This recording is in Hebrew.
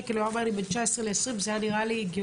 שקל הוא היה אומר לי שזה בין 19 ל-20 וזה נראה לי הגיוני.